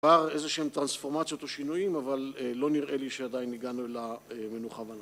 כבר איזה שהם טרנספורמציות ושינויים, אבל לא נראה לי שעדיין ניגענו אלה מנו חבנה.